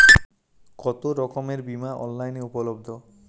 কতোরকমের বিমা অনলাইনে উপলব্ধ?